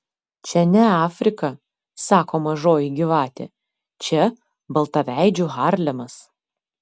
čia ne afrika sako mažoji gyvatė čia baltaveidžių harlemas